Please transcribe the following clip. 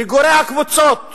מגורי הקבוצות